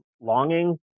Longing